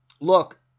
look